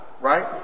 right